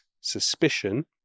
suspicion